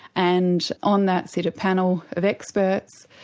and on that sit a panel of experts,